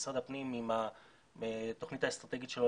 משרד הפנים עם התוכנית האסטרטגיות שלו